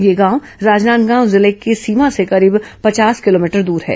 यह गांव राजनांदगांव जिले की सीमा से करीब पचास किलोमीटर दूर है